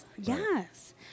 Yes